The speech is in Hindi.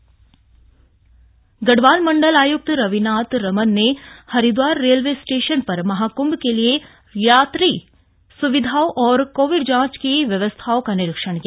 गढ़वाल मंडल आयक्त दौरा गढ़वाल मंडल आयुक्त रविनाथ रमन ने हरिद्वार रेलवे स्टेशन पर महाकृंभ के लिए यात्री सुविधाओं और कोविड जांच की व्यवस्थाओं का निरीक्षण किया